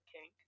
King